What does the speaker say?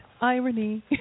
Irony